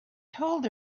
told